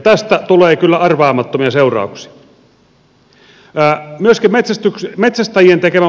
tästä tulee kyllä arvaamattomia seurauksia